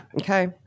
okay